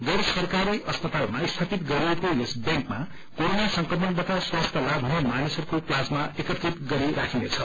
गैर सरकारी अस्पातालमा स्थापित गरिएको यस बैंकमा कोरोना संक्रमणबाट स्वास्थ्य लाभ हुने मानिसहस्क्रे प्लाजमा एकत्रित गरी राखिनेछ